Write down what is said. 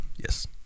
Yes